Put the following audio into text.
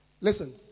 Listen